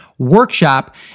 workshop